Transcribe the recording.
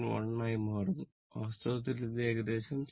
1 ആയി മാറുന്നു വാസ്തവത്തിൽ ഇത് ഏകദേശം 7